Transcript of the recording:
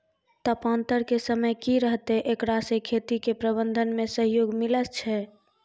तापान्तर के समय की रहतै एकरा से खेती के प्रबंधन मे सहयोग मिलैय छैय?